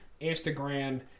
Instagram